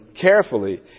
carefully